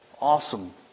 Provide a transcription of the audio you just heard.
Awesome